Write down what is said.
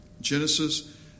Genesis